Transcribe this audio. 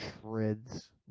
shreds